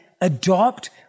adopt